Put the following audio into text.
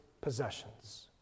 possessions